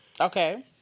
Okay